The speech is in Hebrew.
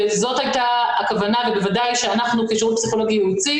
וזאת הייתה הכוונה ובוודאי שאנחנו כשירות פסיכולוגי ייעוצי